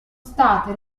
state